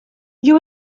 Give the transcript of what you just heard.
you